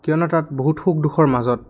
কিয়নো তাত বহুত সুখ দুখৰ মাজত